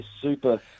super